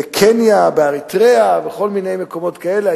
בקניה, באריתריאה, בכל מיני מקומות כאלה.